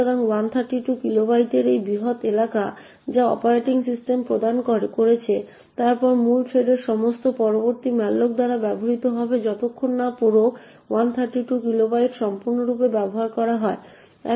সুতরাং 132 কিলোবাইটের এই বৃহৎ এলাকা যা অপারেটিং সিস্টেম প্রদান করেছে তারপরে মূল থ্রেডের সমস্ত পরবর্তী malloc দ্বারা ব্যবহৃত হবে যতক্ষণ না পুরো 132 কিলোবাইট সম্পূর্ণরূপে ব্যবহার করা হয়